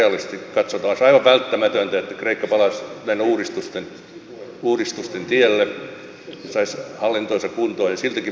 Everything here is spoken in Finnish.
olisi aivan välttämätöntä että kreikka palaisi näiden uudistusten tielle saisi hallintonsa kuntoon mutta siltikin me olemme ongelmissa